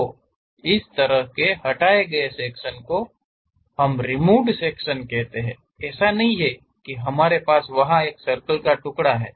तो इस तरह के हटाए गए सेक्शन के दर्ष्य को हम रिमुवेड सेक्शन कहते हैं ऐसा नहीं है कि हमारे पास वहां एक सर्कल का टुकड़ा है